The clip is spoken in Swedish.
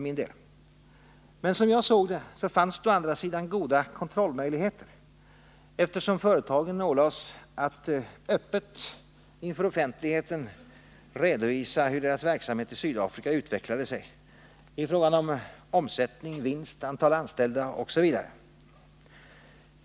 Men som jag såg det fanns det å andra sidan goda kontrollmöjligheter, eftersom företagen ålades att öppet, inför offentligheten redovisa hur deras verksamhet i Sydafrika utvecklade sig i fråga om omsättning, vinst, antal anställda osv.